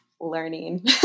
learning